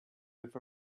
with